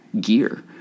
gear